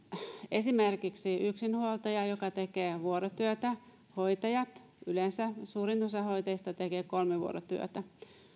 esimerkiksi yksinhuoltaja joka tekee vuorotyötä hoitajat yleensä suurin osa hoitajista tekee kolmivuorotyötä